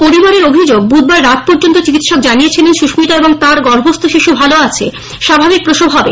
পরিবারের অভিযোগ বুধবার রাত পর্যন্ত চিকিৎসক জানিয়েছিলেন সুস্মিতা এবং তাঁর গর্ভস্থ শিশু ভালো আছে স্বাভাবিক প্রসব হবে